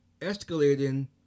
escalating